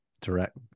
direct